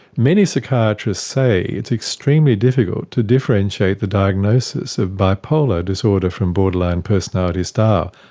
many psychiatrists say it's extremely difficult to differentiate the diagnosis of bipolar disorder from borderline personality style.